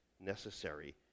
necessary